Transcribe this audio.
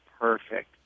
perfect